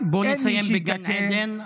בוא נסיים בגן עדן,